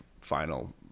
final